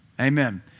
Amen